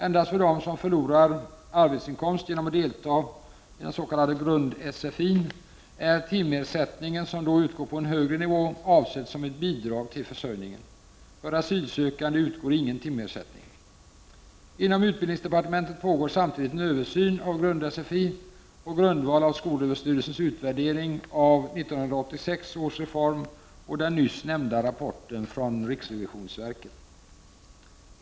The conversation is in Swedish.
Endast för dem som förlorar arbetsinkomst genom att delta i grund-sfi är timersättningen, som då utgår på en högre nivå, avsedd som ett bidrag till försörjningen. För asylsökande utgår ingen timersättning. Inom utbildningsdepartementet pågår samtidigt en översyn av grund-sfi på grundval av skolöverstyrelsens utvärdering av 1986 års reform och den nyss nämnda rapporten från riksrevisionsverket.